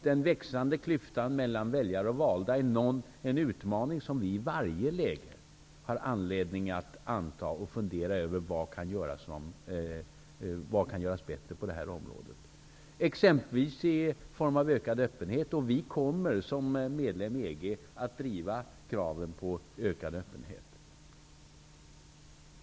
Den växande klyftan mellan väljare och valda är en utmaning som vi i varje läge måste anta och ger oss anledning att fundera över vad som kan göras bättre på detta område, exempelvis i form av ökad öppenhet. Sverige kommer som medlem i EG att driva kravet på ökad öppenhet.